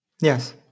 Yes